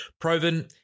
Proven